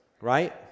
right